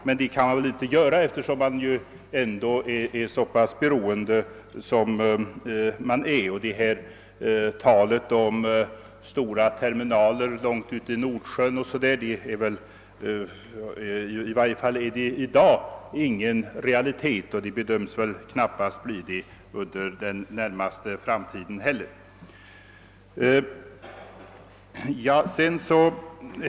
Det kan man emellertid inte göra, eftersom vi ändå är så pass beroende av dem. Att uppföra terminaler långt ute i Nordsjön är i dag inte någon realitet, och de bedöms väl knappast heller bli det under den närmaste framtiden.